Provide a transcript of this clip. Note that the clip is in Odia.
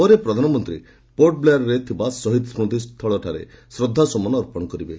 ପରେ ପ୍ରଧାନମନ୍ତ୍ରୀ ପୋର୍ଟବ୍ଲେୟାର୍ରେ ଥିବା ଶହୀଦ ସ୍କୁତିସ୍ଥଳଠାରେ ଶ୍ରଦ୍ଧାସୁମନ ଅର୍ପଣ କରିବେ